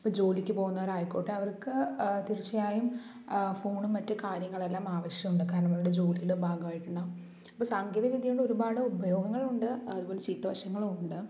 ഇപ്പോൾ ജോലിക്ക് പോകുന്നവർ ആയിക്കോട്ടെ അവർക്ക് തീർച്ചയായും ഫോണും മറ്റു കാര്യങ്ങൾ എല്ലാം ആവശ്യമുണ്ട് കാരണം അവരുടെ ജോലിയുടെ ഭാഗമായിട്ട് ഉണ്ടാകും അപ്പോൾ സാങ്കേതിക വിദ്യകൊണ്ട് ഒരുപാട് ഉപയോഗങ്ങളുണ്ട് അതുപോലെ ചീത്ത വശങ്ങളും ഉണ്ട്